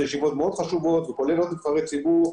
ישיבות מאוד חשובות וכוללות נבחרי ציבור,